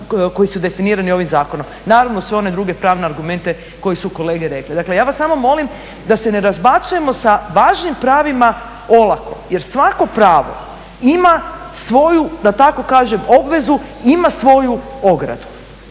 koji su definirani ovim zakonom. Naravno i sve one druge pravne argumente koji su kolege rekli. Dakle, ja vas samo molim da se ne razbacujemo sa važnim pravima olako jer svako pravo ima svoju da tako kažem obvezu, ima svoju ogradu.